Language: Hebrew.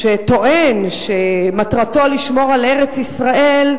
שטוען שמטרתו לשמור על ארץ-ישראל,